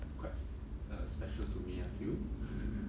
quite s~ a special to me I feel